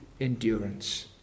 endurance